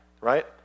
right